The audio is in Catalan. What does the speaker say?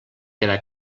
queda